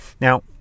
Now